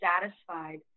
satisfied